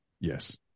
Yes